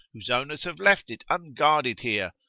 whose owners have left it unguarded here,